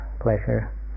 pleasure